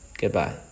Goodbye